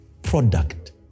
Product